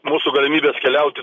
mūsų galimybės keliaut